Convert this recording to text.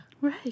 Right